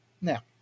now